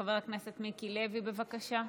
חבר הכנסת מיקי לוי, בבקשה,